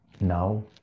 now